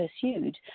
pursued